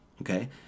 Okay